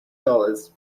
dollars